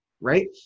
right